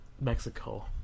Mexico